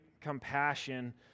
compassion